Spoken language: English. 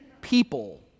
people